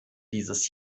dieses